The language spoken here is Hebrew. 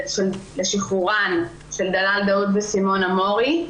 לשחרורן של דלאל דאוד וסימונה מורי,